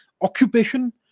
occupation